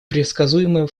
предсказуемое